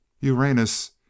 Uranus